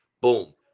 boom